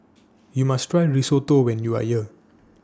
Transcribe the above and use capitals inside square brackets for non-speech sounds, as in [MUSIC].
[NOISE] YOU must Try Risotto when YOU Are here